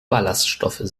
ballaststoffe